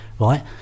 right